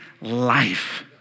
life